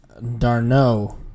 Darno